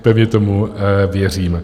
Pevně tomu věřím.